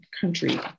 country